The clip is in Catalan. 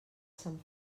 sant